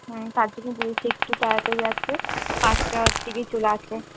হ্যাঁ তার জন্য বলছি একটু তাড়াতাড়ি আসবে পাঁচটার দিকে চলে আসবে